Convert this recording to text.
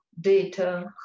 data